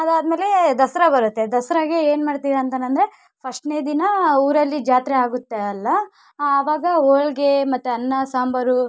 ಅದಾದ ಮೇಲೆ ದಸರಾ ಬರುತ್ತೆ ದಸರಾಗೆ ಏನು ಮಾಡ್ತೀವಿ ಅಂತ ಅಂದರೆ ಫಶ್ಟ್ನೇ ದಿನ ಊರಲ್ಲಿ ಜಾತ್ರೆ ಆಗುತ್ತೆ ಅಲ್ಲ ಆವಾಗ ಹೋಳ್ಗೆ ಮತ್ತು ಅನ್ನ ಸಾಂಬಾರು